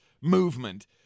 movement